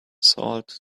salt